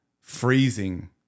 freezing